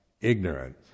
ignorance